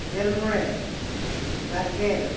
ᱜᱮᱞ ᱢᱚᱬᱮ ᱵᱟᱨ ᱜᱮᱞ